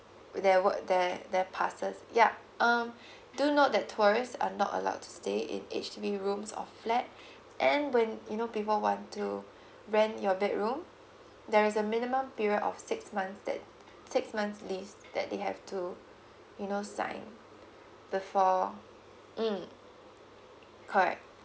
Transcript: with their work their their passes yup um do note that tourists are not allowed to stay in H_D_B rooms or flat and when you know people want to rent your bedroom there is a minimum period of six months that six months lease that they have to you know sign the for mm correct